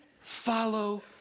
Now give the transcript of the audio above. follow